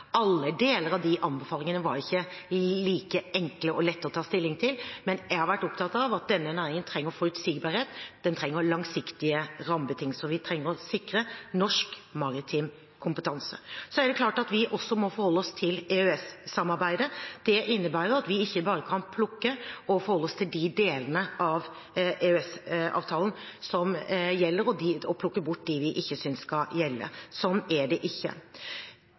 ta stilling til, men jeg har vært opptatt av at denne næringen trenger forutsigbarhet og langsiktige rammebetingelser. Vi trenger å sikre norsk maritim kompetanse. Så er det klart at vi også må forholde oss til EØS-samarbeidet. Det innebærer at vi ikke bare kan forholde oss til de delene av EØS-avtalen som vi synes skal gjelde, og plukke bort dem vi ikke synes skal gjelde. Slik er det ikke.